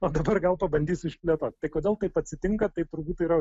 o dabar gal pabandysiu išplėtoti tai kodėl taip atsitinka tai turbūt yra